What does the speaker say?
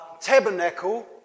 tabernacle